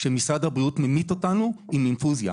משרד הבריאות ממית אותנו אם אינפוזיה.